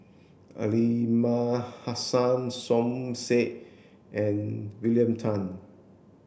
Aliman Hassan Som Said and William Tan